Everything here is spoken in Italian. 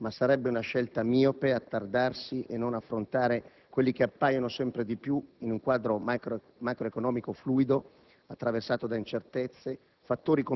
È chiaro che le banche - per far fronte nel migliore dei modi alla necessità di adeguarsi alla normativa - già da tempo hanno aperto un'approfondita riflessione sulle modalità del cambiamento,